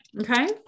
Okay